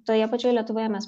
toje pačioje lietuvoje mes